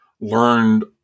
learned